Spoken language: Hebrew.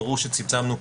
ברור שצמצמנו,